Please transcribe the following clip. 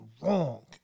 wrong